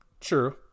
True